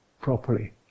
properly